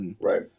Right